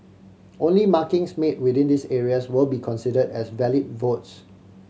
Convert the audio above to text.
only markings made within these areas will be consider as valid votes